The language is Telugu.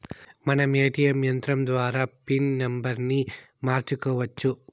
మనం ఏ.టీ.యం యంత్రం ద్వారా పిన్ నంబర్ని మార్చుకోవచ్చు